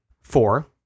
four